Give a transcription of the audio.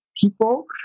people